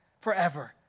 forever